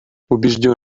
убежден